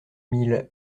mille